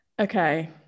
okay